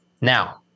Now